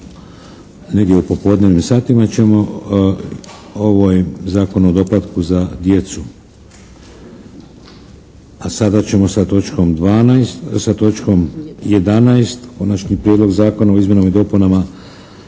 Negdje u popodnevnim satima ćemo ovaj Zakon o doplatku za djecu. A sada ćemo sa točkom 12. sa točkom 11. Konačni prijedlog zakona o izmjenama i dopunama